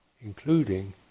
including